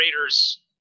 Raiders